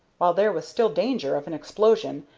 while there was still danger of an explosion,